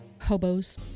hobos